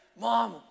Mom